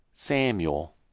Samuel